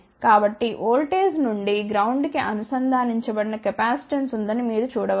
కాబట్టి ఓల్టేజ్ నుండి గ్రౌండ్ కి అనుసంధానించబడిన కెపాసిటెన్స్ ఉందని మీరు చూడ వచ్చు